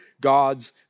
God's